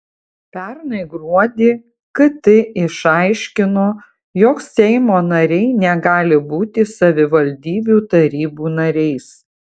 pernai gruodį kt išaiškino jog seimo nariai negali būti savivaldybių tarybų nariais